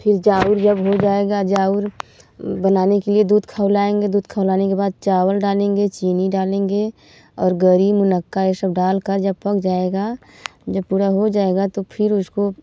फिर जाउर जब हो जाएगा जाउर बनाने के लिए दूध खौलाएंगे दूध खौलाएंगे के बाद चावल डालेंगे चीनी डालेंगे और गरी मुनक्का है यह सब डाल कर जब पक जाएगा जब पूरा हो जाएगा तो फिर उसको